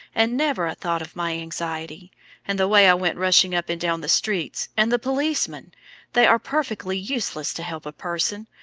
and never a thought of my anxiety and the way i went rushing up and down the streets and the policemen they are perfectly useless to help a person,